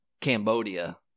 Cambodia